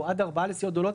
או עד ארבעה לסיעות גדולות,